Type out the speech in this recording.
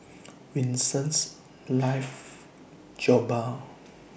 Winston loves Jokbal